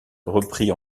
reprit